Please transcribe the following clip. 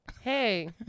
Hey